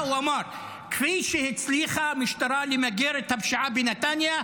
הוא אמר: כפי שהצליחה המשטרה למגר את המשטרה בנתניה,